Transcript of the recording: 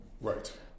Right